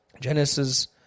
Genesis